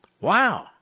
Wow